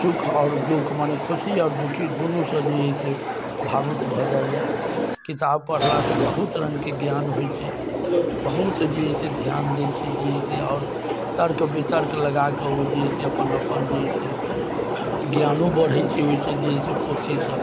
सुख आओर दुःख माने खुशी आओर दुखी दूनूसँ जे है से भावुक भऽ जाइए किताब पढ़लासँ बहुत रङ्गके ज्ञान होइ छै बहुत जे है से ध्यान दै छै जे है से आओर तर्क वितर्क लगाकऽ ओ जे है से अपन अपन जे है से ज्ञानो बढ़ै छै ओइसँ जे है से पोथीसँ